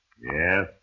Yes